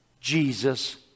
Jesus